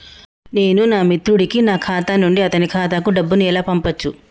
నేను నా మిత్రుడి కి నా ఖాతా నుండి అతని ఖాతా కు డబ్బు ను ఎలా పంపచ్చు?